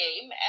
game